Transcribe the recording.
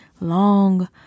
long